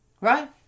right